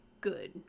good